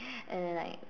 and then like